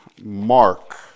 Mark